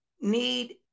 need